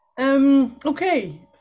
Okay